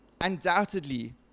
undoubtedly